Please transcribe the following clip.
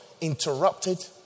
interrupted